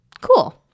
Cool